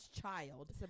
child